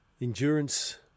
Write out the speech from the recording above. endurance